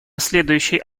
следующей